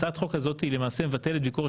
הצעת החוק הזאת למעשה מבטלת ביקורת